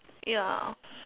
ya